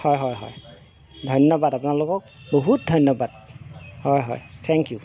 হয় হয় হয় ধন্যবাদ আপোনালোকক বহুত ধন্যবাদ হয় হয় থেংক ইউ